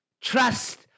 trust